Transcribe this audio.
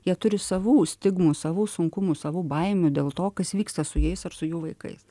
jie turi savų stigmų savų sunkumų savų baimių dėl to kas vyksta su jais ar su jų vaikais